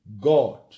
God